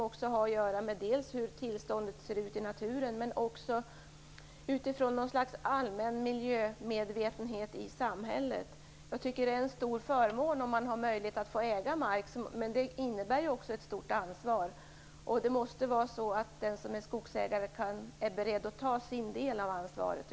Det har att göra med hur tillståndet är i naturen men också med något slags allmän miljömedvetenhet i samhället. Det är en stor förmån att få äga mark, men det innebär också ett stort ansvar. Det måste vara så att den som är skogsägare är beredd att ta sin del av ansvaret.